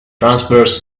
transverse